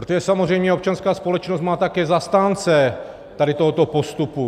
Protože samozřejmě občanská společnost má také zastánce tohoto postupu.